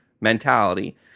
mentality